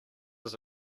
does